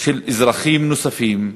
של אזרחים נוספים,